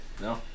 No